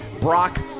Brock